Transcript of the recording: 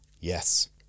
yes